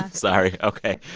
sorry ok.